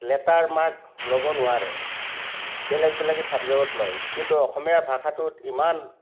letter mark ল'ব নোৱাৰে বেলেগ বেলেগ ছাবজেক্টত লয় কিন্তু অসমীয়া ভাষাটোত ইমান